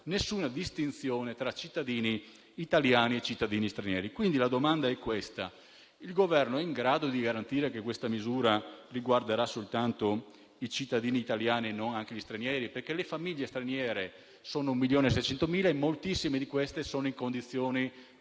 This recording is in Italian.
alcuna distinzione tra cittadini italiani e cittadini stranieri. Quindi, la domanda è la seguente: il Governo è in grado di garantire che questa misura riguarderà soltanto i cittadini italiani e non anche gli stranieri? Le famiglie straniere, infatti, sono 1.600.000 e moltissime di queste sono in condizioni